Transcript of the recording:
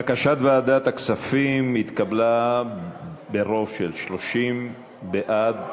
בקשת ועדת הכספים התקבלה ברוב של 30 בעד,